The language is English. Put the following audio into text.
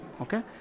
Okay